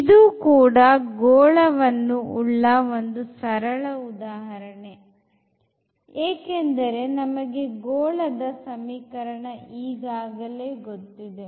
ಇದು ಕೂಡ ಗೋಳವನ್ನು ಉಳ್ಳ ಒಂದು ಸರಳ ಉದಾಹರಣೆ ಏಕೆಂದರೆ ನಮಗೆ ಗೋಳದ ಸಮೀಕರಣ ಈಗಾಗಲೇ ಗೊತ್ತಿದೆ